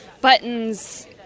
buttons